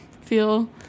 feel